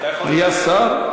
היה שר.